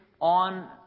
on